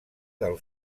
del